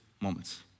moments